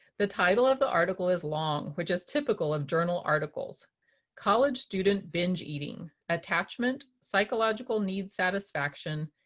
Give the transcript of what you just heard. the title of the article is long, which is typical of journal articles college student binge eating attachment, psychological needs satisfaction,